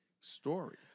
story